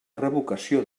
revocació